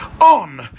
on